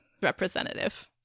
representative